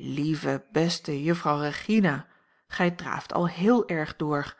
lieve beste juffrouw regina gij draaft al heel erg door